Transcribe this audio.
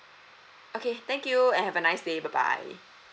okay thank you and have a nice day bye bye